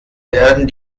werden